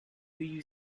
you